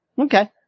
Okay